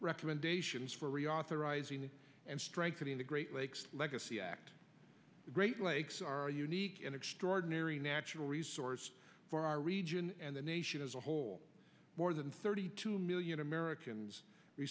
recommendations for reauthorizing and strengthening the great lakes legacy act the great lakes are unique and extraordinary natural resource for our region and the nation as a whole more than thirty two million americans